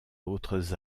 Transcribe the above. autres